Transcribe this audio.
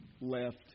left